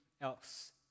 else